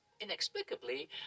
inexplicably